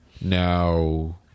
Now